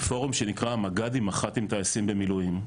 פורום שנקרא מגדים מחטים טייסים במילואים,